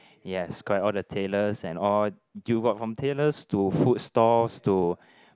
yes correct all the tailors and all do what from tailors to food stores to